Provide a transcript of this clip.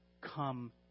come